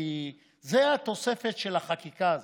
כי זו התוספת של החקיקה הזאת.